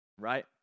Right